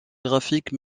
graphique